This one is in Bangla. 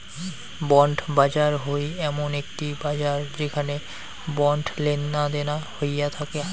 বন্ড বাজার হই এমন একটি বাজার যেখানে বন্ড লেনাদেনা হইয়া থাকাং